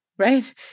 Right